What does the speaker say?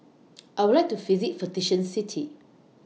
I Would like to visit For Vatican City